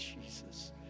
Jesus